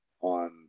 on